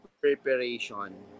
preparation